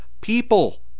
people